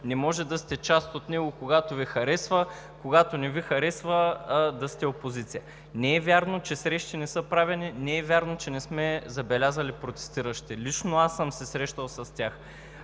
Не може да сте част от него, когато Ви харесва, когато не Ви харесва да сте опозиция. Не е вярно, че не са правени срещи, не е вярно, че не сме забелязали протестиращите. Лично аз съм се срещал с тях.